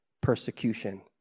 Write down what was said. persecution